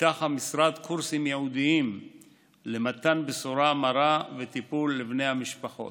פיתח המשרד קורסים ייעודיים למתן בשורה מרה וטיפול לבני המשפחות.